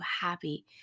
happy